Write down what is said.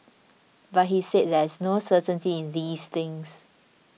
but he said there is no certainty in these things